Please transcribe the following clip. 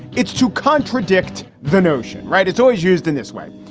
it's to contradict the notion. right. it's always used in this way.